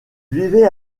vivait